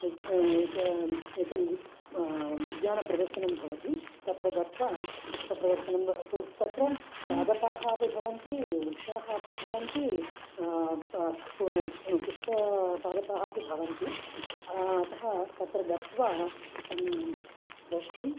ए एकम् एकम् उद्यानप्रदर्शनं भवति तत्र गत्वा पुष्पप्रदर्शनं प् तत्र पादपाः अपि भवन्ति वृक्षाः अपि भवन्ति प पु पुष्पपादपाः अपि भवन्ति अतः तत्र गत्वा तं द्रष्टुं